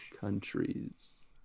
Countries